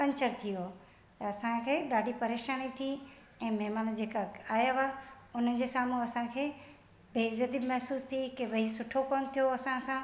puncture थी वियो त असांखे ॾाढी परेशानी थी ऐं महिमान जेका आया हुवा उन्हनि जे साम्हूं असांखे बेज़ती महिसूस थी की भाई सुठो कोन्ह थियो असां सां